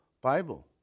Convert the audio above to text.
Bible